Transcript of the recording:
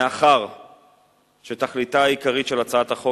מאחר שתכליתה העיקרית של הצעת החוק